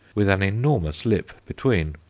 with an enormous lip between.